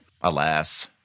Alas